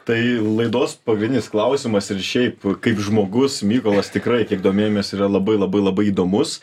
tai laidos pagrindinis klausimas ir šiaip kaip žmogus mykolas tikrai kiek domėjomės yra labai labai labai įdomus